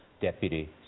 deputy